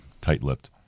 tight-lipped